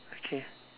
okay